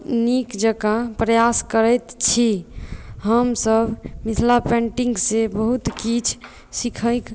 नीक जकाँ प्रयास करैत छी हमसभ मिथिला पेन्टिंग से बहुत किछु सिखैक